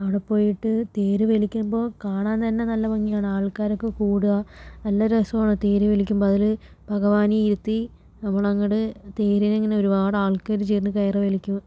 അവിടെ പോയിട്ട് തേര് വലിക്കുമ്പോൾ കാണാൻ തന്നെ നല്ല ഭംഗിയാണ് ആൾക്കാരൊക്കെ കൂടുക നല്ല രസമാണ് തേര് വലിക്കുമ്പോൾ അതിൽ ഭഗവാനെ ഇരുത്തി നമ്മൾ അങ്ങോട് തേരിനെ ഇങ്ങനെ ഒരുപാട് ആൾക്കാര് ചേർന്ന് കയർ വലിക്കും